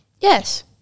Yes